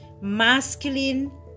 masculine